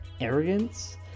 arrogance